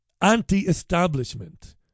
anti-establishment